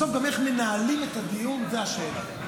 בסוף איך מנהלים את הדיון, זו השאלה.